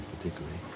particularly